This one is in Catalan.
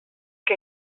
que